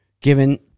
Given